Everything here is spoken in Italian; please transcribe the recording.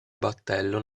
battello